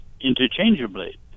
interchangeably